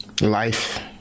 life